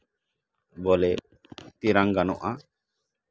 ᱵᱚᱞᱮ ᱛᱮᱨᱟᱝ ᱜᱟᱱᱚᱜᱼᱟ